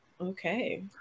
Okay